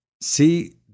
see